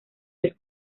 tres